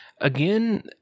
again